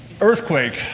Earthquake